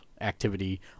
activity